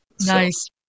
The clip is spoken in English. Nice